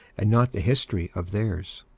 and not the history of theirs?